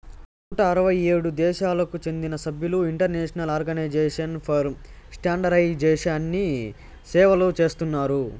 నూట అరవై ఏడు దేశాలకు చెందిన సభ్యులు ఇంటర్నేషనల్ ఆర్గనైజేషన్ ఫర్ స్టాండర్డయిజేషన్ని సేవలు చేస్తున్నారు